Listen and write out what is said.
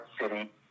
city